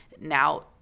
now